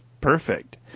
perfect